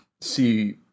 see